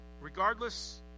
Regardless